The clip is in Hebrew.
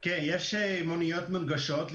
כן, יש מוניות מונגשות.